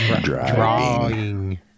Drawing